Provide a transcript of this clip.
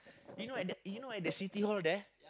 you know at the City-Hall there